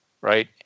right